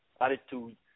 attitude